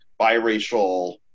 biracial